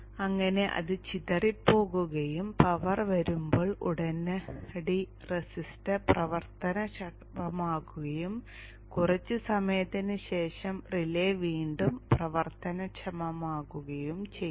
അങ്ങനെ അത് ചിതറിപ്പോകുകയും പവർ വരുമ്പോൾ ഉടനടി റെസിസ്റ്റർ പ്രവർത്തനക്ഷമമാവുകയും കുറച്ച് സമയത്തിന് ശേഷം റിലേ വീണ്ടും പ്രവർത്തനക്ഷമമാവുകയും ചെയ്യും